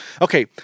Okay